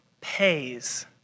pays